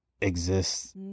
Exists